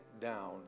down